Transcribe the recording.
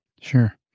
Sure